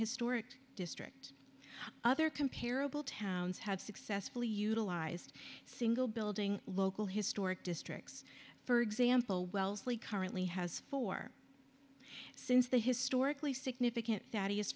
historic district other comparable towns have successfully utilized single building local historic districts for example wellesley currently has four since the historically significant